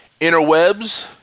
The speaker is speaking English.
interwebs